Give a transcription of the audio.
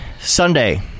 Sunday